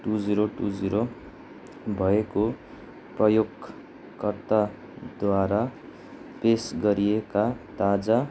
to zero two zero भएको प्रयोगकर्ताद्वारा paste गरिएका ताजा